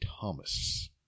Thomas